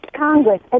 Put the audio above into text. Congress